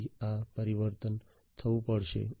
તેથી આ પરિવર્તન થવું પડશે